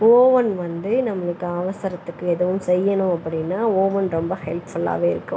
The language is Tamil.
ஓவன் வந்து நம்மளுக்கு அவசரத்துக்கு எதுவும் செய்யணும் அப்படின்னா ஓவன் ரொம்ப ஹெல்ஃபுல்லாகவே இருக்கும்